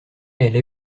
elle